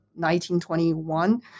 1921